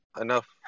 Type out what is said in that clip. enough